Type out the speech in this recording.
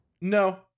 No